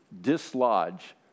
dislodge